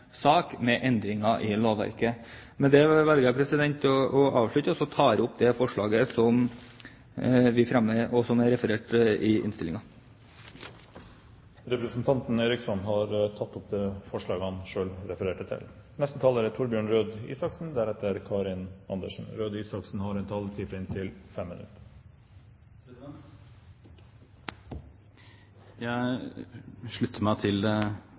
sak med endringer i lovverket. Med det velger jeg å avslutte, og jeg tar opp det forslaget som vi fremmer, og som er referert i innstillingen. Representanten Robert Eriksson har tatt opp det forslaget han refererte til. Jeg slutter meg til